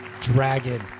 Dragon